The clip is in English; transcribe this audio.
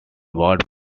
bought